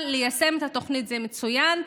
אבל ליישם את התוכנית זה מצוין,